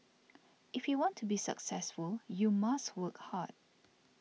if you want to be successful you must work hard